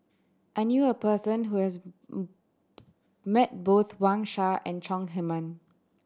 I knew a person who has met both Wang Sha and Chong Heman